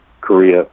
Korea